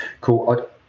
Cool